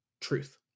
truth